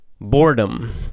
boredom